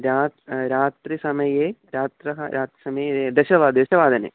रा रात्रिसमये रात्रिः रात्रिसमये दशवादने दशवादने